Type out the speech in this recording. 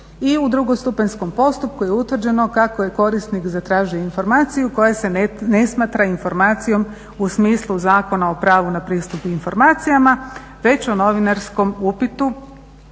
i u drugostupanjskom postupku je utvrđeno kako je korisnik zatražio informaciju koja se ne smatra informacijom u smislu Zakona o pravu na pristup informacijama, već u novinarskom upitu